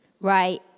Right